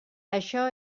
això